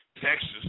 Texas